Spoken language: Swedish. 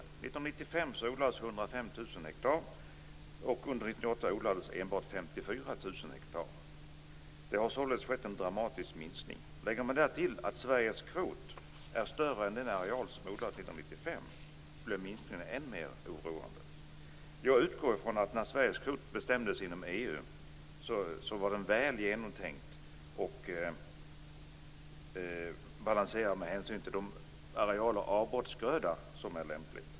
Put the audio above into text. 1995 odlades 105 000 hektar, och under 1998 odlades enbart 54 000 hektar. Det har således skett en dramatisk minskning. Lägger man därtill att Sveriges kvot är större än den areal som odlades 1995 blir minskningen ännu mer oroande. Jag utgår från att när Sveriges kvot bestämdes inom EU var den väl genomtänkt och balanserad med hänsyn till de arealer avbrottsgröda som är lämpliga.